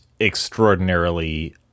extraordinarily